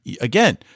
again